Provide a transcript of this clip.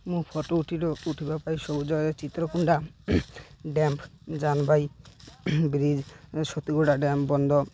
ମୁଁ ଫଟୋ ଉଠିବା ପାଇଁ ସବୁଜ Chitrakunda dam Janbai bridge Satiguda dam ବନ୍ଦ